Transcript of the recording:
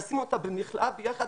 לשים אותה במכלאה ביחד,